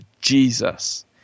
Jesus